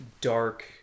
dark